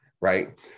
Right